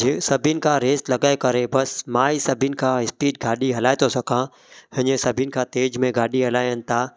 जीअं सभिनी खां रेस लॻाए करे बस मां ही सभिनी खां स्पीड गाॾी हलाए थो सघां हीअं सभिनी खां तेज़ु में गाॾी हलाइनि था